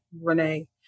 Renee